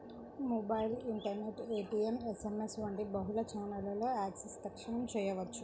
mobile, internet, ATM, SMS వంటి బహుళ ఛానెల్లలో యాక్సెస్ తక్షణ చేయవచ్చు